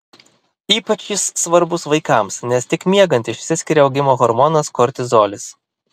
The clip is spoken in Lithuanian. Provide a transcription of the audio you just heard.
ypač jis svarbus vaikams nes tik miegant išsiskiria augimo hormonas kortizolis